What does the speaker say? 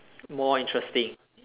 more interesting